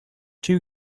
two